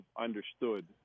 understood